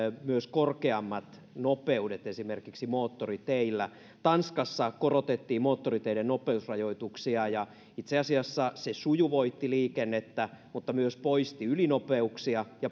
myös korkeammat nopeudet esimerkiksi moottoriteillä tanskassa korotettiin moottoriteiden nopeusrajoituksia ja itse asiassa se sujuvoitti liikennettä mutta myös poisti ylinopeuksia ja